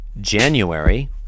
January